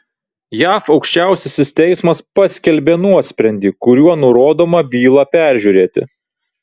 jav aukščiausiasis teismas paskelbė nuosprendį kuriuo nurodoma bylą peržiūrėti